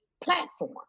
platform